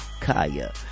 kaya